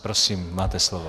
Prosím, máte slovo.